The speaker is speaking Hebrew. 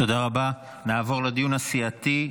תודה רבה, נעבור לדיון הסיעתי.